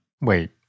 Wait